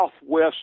southwest